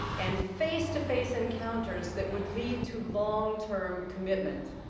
and face-to-face encounters that would lead to long-term commitment.